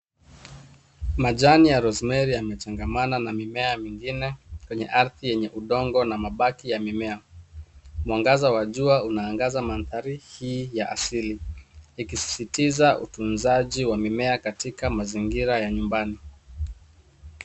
Majani ya rosemary yamechangamana na mimea mingine kwenye ardhi yenye udongo na mabaki ya mimea. Mwangaza wa jua unaangaza mandhari hii ya asili. Ikisisitiza utunzaji wa mimea katika mazingira ya nyumbani.